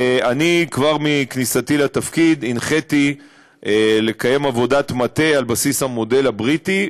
כבר עם כניסתי לתפקיד הנחיתי לקיים עבודת מטה על בסיס המודל הבריטי,